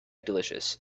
delicious